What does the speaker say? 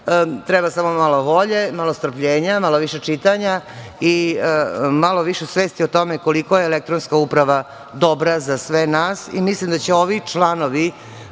Treba samo malo volje, malo strpljenja, malo više čitanja i malo više svesti o tome koliko je elektronska uprava dobra za sve nas. Mislim da će ovi članovi